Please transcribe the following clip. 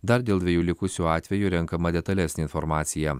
dar dėl dviejų likusių atvejų renkama detalesnė informacija